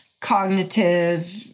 cognitive